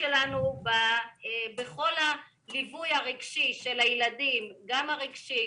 בכל הליווי הרגשי והפיזי,